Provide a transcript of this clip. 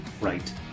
right